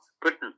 Britain